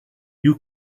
you